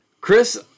Chris